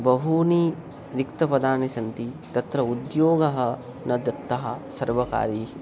बहूनि रिक्तपदानि सन्ति तत्र उद्योगः न दत्तः सर्वकारैः